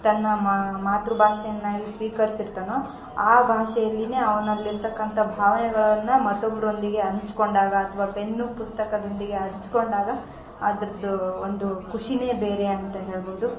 ತನ್ನ ಮಾತೃ ಭಾಷೆಯನ್ನಾಗಿ ಸ್ವೀಕರಿಸ್ ಇರ್ತನೋ ಆ ಭಾಷೆಯಲ್ಲಿ ಅವನಲ್ಲಿರ್ತಕ್ಕಂಥ ಭಾವನೆಗಳನ್ನು ಮತ್ತೊಬ್ರೊಂದಿಗೆ ಹಂಚ್ಕೊಂಡಾಗ ಅಥ್ವ ಪೆನ್ನು ಪುಸ್ತಕದೊಂದಿಗೆ ಹಂಚ್ಕೊಂಡಾಗ ಅದ್ರದು ಒಂದು ಖುಷಿ ಬೇರೆ ಅಂತ ಹೇಳ್ಬೌದು